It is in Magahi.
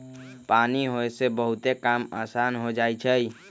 पानी होय से बहुते काम असान हो जाई छई